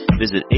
visit